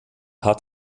hat